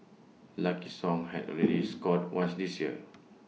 lucky song had already scored once this year